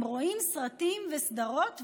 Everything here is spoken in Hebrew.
הם רואים סרטים וסדרות ונהנים,